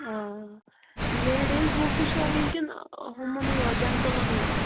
آ ladies booth تہِ چھُوا نِنۍ کِنہٕ ہُمنٕے یوت جَنٹٕلنٕے یوت